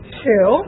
two